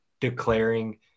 declaring